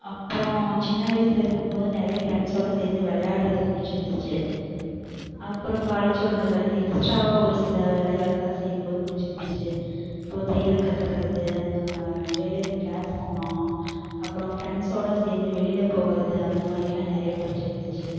அப்புறம் சின்ன வயசில் இருக்கும்போது நிறைய ஃப்ரெண்ட்ஸோட சேர்ந்து விளையாட்றது பிடிச்சிருந்துச்சி அப்புறம் காலேஜ் வந்த பிறகு எக்ஸ்ட்ராவாக ஒரு சில வேலைகள்லாம் செய்யும் போது பிடிச்சிருந்துச்சி இப்போது தையல் கத்துக்கிறது அந்தமாரி டைலரிங் கிளாஸ் போனோம் அப்புறம் ஃப்ரெண்ட்ஸோட சேர்ந்து வெளியில் போகிறது அந்தமாதிரில்லாம் நிறையா பிடிச்சிருந்துச்சி